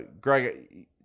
Greg